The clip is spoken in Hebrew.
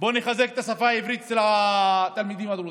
בואו נחזק את השפה העברית אצל התלמידים הדרוזים.